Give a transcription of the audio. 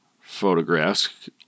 photographs